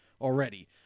already